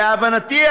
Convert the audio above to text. להבנתי,